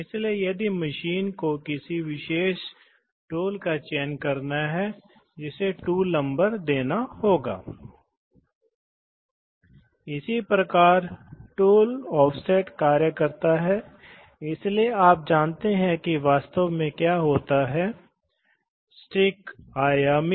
इसलिए ऐसे मामलों के लिए इसलिए उदाहरण के लिए हमें या लॉजिक को पहले देखने दें यह एक बहुत ही सरल निर्माण न्यूमेटिक्स शटल वाल्व है इसलिए आप देखते हैं कि आप उस आउटपुट को देखते हैं यदि आप इस छोर पर दबाव डालते हैं तो आप इसे प्राप्त करने जा रहे हैं